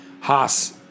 Haas